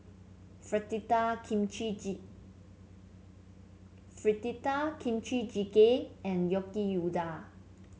Fritada Kimchi Fritada Kimchi Jjigae and Yaki Udon